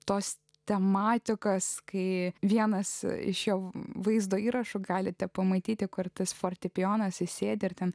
tos tematikos kai vienas iš jau vaizdo įrašų galite pamatyti kur tas fortepijonas įsėdi ir ten